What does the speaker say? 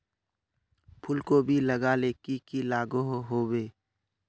फूलकोबी लगाले की की लागोहो होबे?